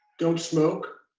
don't smoke.